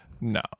No